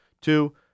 Two